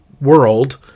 world